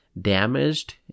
damaged